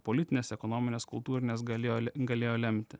politinės ekonominės kultūrinės galė galėjo lemti